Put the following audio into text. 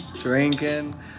drinking